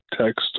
text